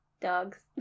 dogs